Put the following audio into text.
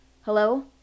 Hello